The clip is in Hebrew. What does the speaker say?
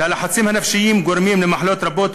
שהלחצים הנפשיים גורמים למחלות רבות,